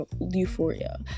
Euphoria